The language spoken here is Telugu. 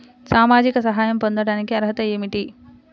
సామాజిక సహాయం పొందటానికి అర్హత ఏమిటి?